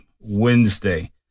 Wednesday